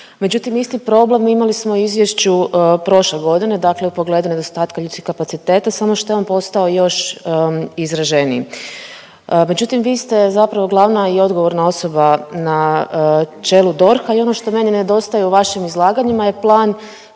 međutim isti problem imali smo i u izvješću prošle godine dakle u pogledu nedostatka ljudskih kapaciteta, samo što je on postao još izraženiji, međutim vi ste zapravo glavna i odgovorna osoba na čelu DORH-a i ono što meni nedostaje u vašim izlaganjima je plan